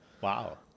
Wow